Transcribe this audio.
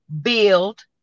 build